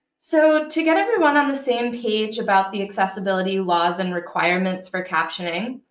so to get everyone on the same page about the accessibility laws and requirements for captioning,